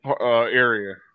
area